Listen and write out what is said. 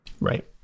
Right